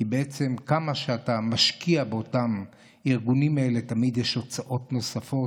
כי בעצם כמה שאתה משקיע באותם ארגונים תמיד יש הוצאות נוספות,